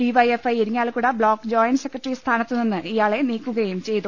DYFI Irinjalakuda block joint secretary സ്ഥാനത്തു നിന്ന് ഇയാളെ നീക്കുകയും ചെയ്തു